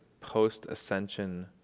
post-ascension